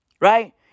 Right